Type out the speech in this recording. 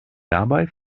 dabei